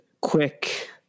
quick